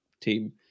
team